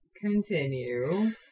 Continue